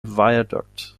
viaduct